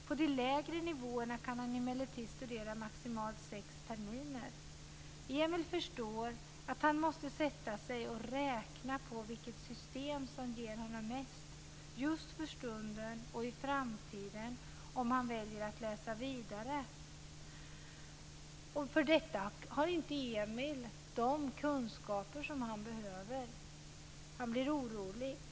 På de lägre nivåerna kan han emellertid studera maximalt sex terminer. Emil förstår att han måste sätta sig och räkna på vilket system som ger honom mest, just för stunden och i framtiden, om han väljer att läsa vidare, och för detta har inte Emil de kunskaper som han behöver. Han blir orolig.